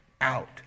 out